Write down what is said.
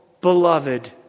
beloved